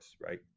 right